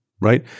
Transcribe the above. right